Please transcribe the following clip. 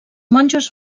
monjos